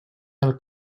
del